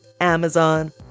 Amazon